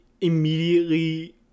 immediately